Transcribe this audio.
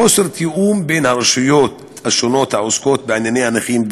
חוסר תיאום בין הרשויות העוסקות בענייני הנכים,